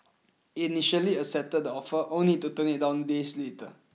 it initially accepted the offer only to turn it down days later